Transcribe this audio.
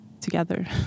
together